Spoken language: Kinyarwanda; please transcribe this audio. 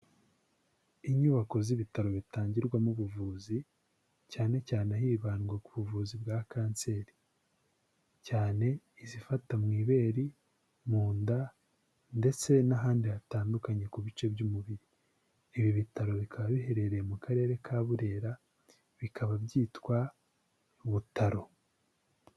Inyubako z'ibitaro bitangirwamo ubuvuzi, cyane cyane hibandwa ku buvuzi bwa kanseri, cyane izifata mu ibere, mu nda ndetse n'ahandi hatandukanye ku bice by'umubiri, ibi bitaro bikaba biherereye mu karere ka Burera, bikaba byitwa Butaro.